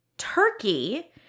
turkey